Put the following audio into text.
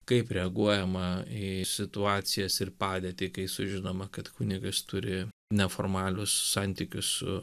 kaip reaguojama į situacijas ir padėtį kai sužinoma kad kunigas turi neformalius santykius su